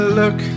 look